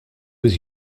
was